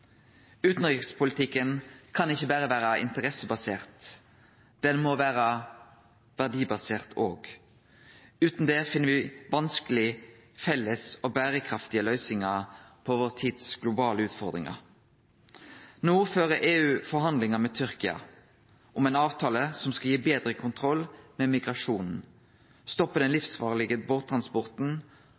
kan ikkje berre vere interessebasert; han må vere verdibasert også. Utan det finn me vanskeleg felles og berekraftige løysingar på vår tids globale utfordringar. No fører EU forhandlingar med Tyrkia om ein avtale som skal gi betre kontroll med migrasjonen, stoppe den livsfarlege båttransporten